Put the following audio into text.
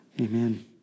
Amen